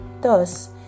Thus